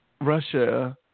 Russia